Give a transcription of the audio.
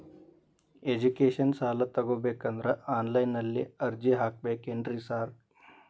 Education ಸಾಲ ತಗಬೇಕಂದ್ರೆ online ನಲ್ಲಿ ಅರ್ಜಿ ಹಾಕ್ಬೇಕೇನ್ರಿ ಸಾರ್?